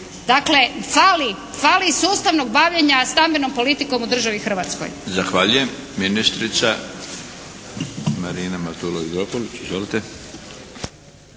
Dakle, fali sustavnog bavljenja stambenom politikom u državi Hrvatskoj. **Milinović, Darko (HDZ)** Zahvaljujem. Ministrica Marina Matulović-Dropulić. Izvolite.